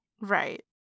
Right